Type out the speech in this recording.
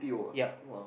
yup